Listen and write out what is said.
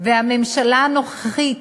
והממשלה הנוכחית